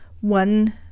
one